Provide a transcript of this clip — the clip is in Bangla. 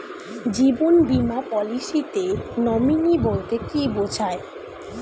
জীবন বীমা পলিসিতে নমিনি বলতে কি বুঝায়?